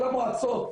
כל המועצות,